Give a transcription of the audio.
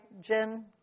Jen